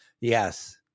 yes